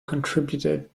contributed